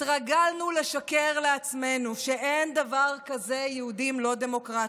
התרגלנו לשקר לעצמנו שאין דבר כזה יהודים לא דמוקרטיים,